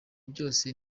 byose